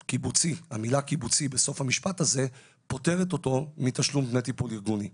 המילה קיבוצי בסוף המשפט הזה פוטרת אותו מתשלום דמי טיפול ארגוני.